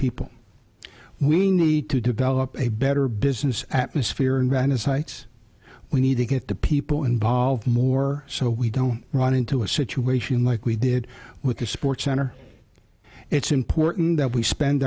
people we need to develop a better business atmosphere and run a site we need to get the people involved more so we don't run into a situation like we did with the sports center it's important that we spend